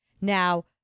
Now